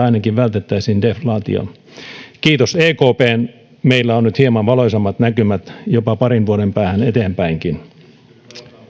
ainakin vältettäisiin deflaatio kiitos ekpn meillä on nyt hieman valoisammat näkymät jopa parin vuoden päähän eteenpäinkin